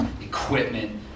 equipment